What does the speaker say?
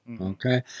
okay